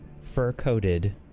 fur-coated